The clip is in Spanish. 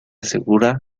segura